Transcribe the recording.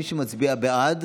מי שמצביע בעד